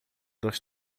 dois